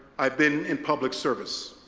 i've been in public service.